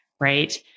Right